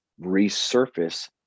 resurface